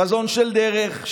חזון של דרך,